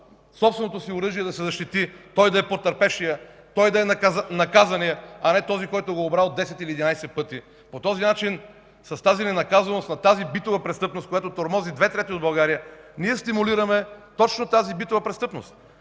собственото си оръжие, за да се защити, той да е потърпевшият, той да е наказаният, а не този, който го е обрал 10 или 11 пъти. По този начин – с тази ненаказаност на тази битова престъпност, която тормози две трети от България, ние стимулираме точно тази битова престъпност.